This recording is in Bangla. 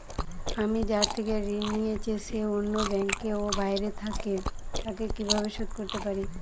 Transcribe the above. আমি যার থেকে ঋণ নিয়েছে সে অন্য ব্যাংকে ও বাইরে থাকে, তাকে কীভাবে শোধ করতে পারি?